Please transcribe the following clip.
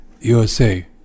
USA